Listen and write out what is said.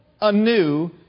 anew